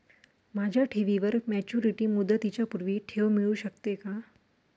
माझ्या ठेवीवर मॅच्युरिटी मुदतीच्या पूर्वी ठेव मिळू शकते का?